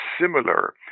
similar